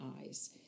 eyes